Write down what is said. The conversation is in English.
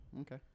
Okay